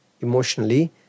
emotionally